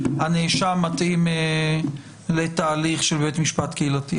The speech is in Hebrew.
שהנאשם מתאים לתהליך של בית משפט קהילתי.